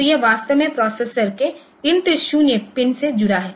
तो यह वास्तव में प्रोसेसर के INT 0 पिन से जुड़ा है